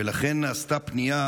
ולכן נעשתה פנייה